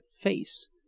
face